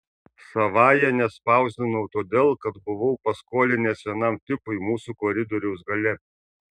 savąja nespausdinau todėl kad buvau paskolinęs vienam tipui mūsų koridoriaus gale